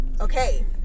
okay